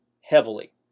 heavily